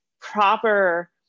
proper